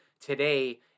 today